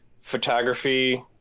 photography